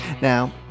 Now